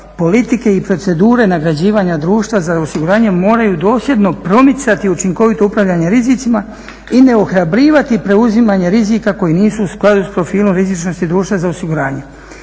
2.politike i procedure nagrađivanja Društva za osiguranje moraju dosljedno promicati učinkovito upravljanje rizicima i ne ohrabrivati preuzimanje rizika koji nisu u skladu sa profilom rizičnosti društva za osiguranje.